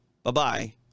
Bye-bye